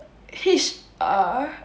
H_R ah